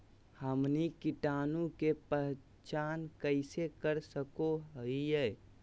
हमनी कीटाणु के पहचान कइसे कर सको हीयइ?